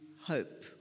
hope